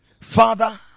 Father